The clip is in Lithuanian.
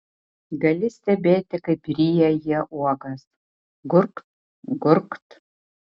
gali stebėti kaip ryja jie uogas gurkt gurkt